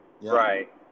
right